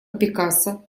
пикассо